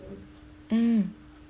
mm